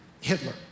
Hitler